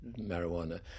marijuana